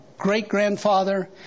great-grandfather